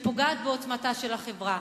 שפוגעת בעוצמתה של החברה.